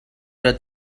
red